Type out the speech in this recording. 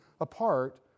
apart